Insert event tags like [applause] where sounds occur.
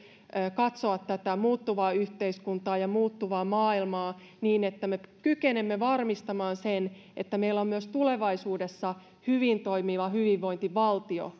katsoa tätä muuttuvaa yhteiskuntaa ja muuttuvaa maailmaa niin että me kykenemme varmistamaan sen että meillä on myös tulevaisuudessa hyvin toimiva hyvinvointivaltio [unintelligible]